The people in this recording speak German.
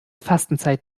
fastenzeit